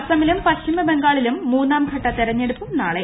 അസമിലും പശ്ചിമ ബംഗാളിലും മൂന്നാം ഘട്ട തെരഞ്ഞെടുപ്പും നാളെ